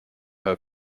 her